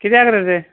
कित्याक रे तें